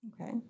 Okay